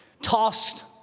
tossed